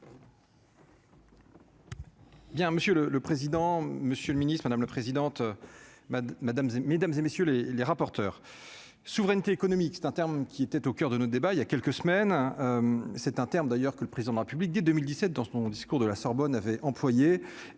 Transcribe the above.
Bien Monsieur le le président, Monsieur le Ministre, madame la présidente, madame madame mesdames et messieurs les les rapporteurs souveraineté économique, c'est un terme qui était au coeur de nos débats, il y a quelques semaines, c'est un terme d'ailleurs que le président de la République, dès 2017 dans ce moment, discours de la Sorbonne avait employé